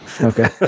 okay